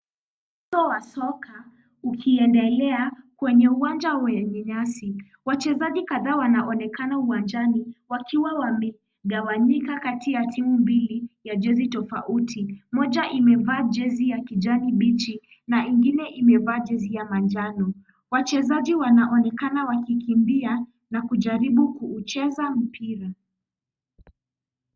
Mchezo wa soka ukiendelea kwenye uwanja wenye nyasi. Wachezaji kadhaa wanaonekana uwanjani wakiwa wamegawanyika kati ya timu mbili ya jezi tofauti. Moja imevaa jezi ya kijani kibichi na ingine imevaa jezi ya manjano. Wachezaji wanaonekana wakikimbia na kujaribu kuucheza mpira.